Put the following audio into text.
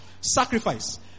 Sacrifice